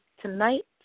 Tonight